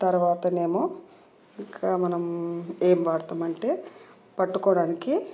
తర్వాత ఏమో ఇంకా మనం ఏం వాడతాం అంటే పట్టుకోవడానికి